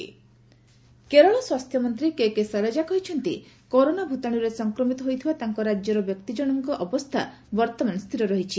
Kerala corona Kerala ସ୍ୱାସ୍ଥ୍ୟମନ୍ତ୍ରୀ K K Shailaja କହିଛନ୍ତି corona ଭୂତାଣୁରେ ସଂକ୍ରମିତ ହୋଇଥିବା ତାଙ୍କ ରାଜ୍ୟର ବ୍ୟକ୍ତିଜଣଙ୍କ ଅବସ୍ଥା ବର୍ତ୍ତମାନ ସ୍ଥିର ରହିଛି